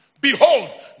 Behold